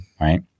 right